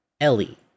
Ellie